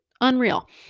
Unreal